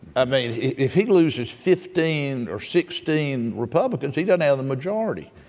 i mean, if he loses fifteen or sixteen republicans, he doesn't have a majority.